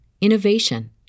innovation